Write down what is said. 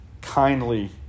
kindly